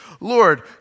Lord